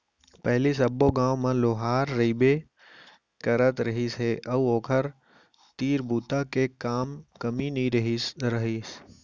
पहिली सब्बो गाँव म लोहार रहिबे करत रहिस हे अउ ओखर तीर बूता के कमी नइ रहत रहिस हे